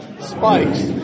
spikes